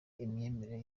imyemerere